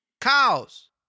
Cows